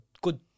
good